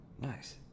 Nice